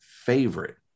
favorite